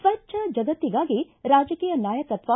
ಸ್ವಜ್ಞ ಜಗತ್ತಿಗಾಗಿ ರಾಜಕೀಯ ನಾಯಕತ್ವ